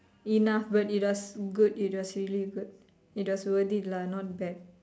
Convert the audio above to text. enough but it was good it was really good it was worth it lah not bad